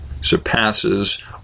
surpasses